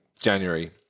January